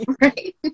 Right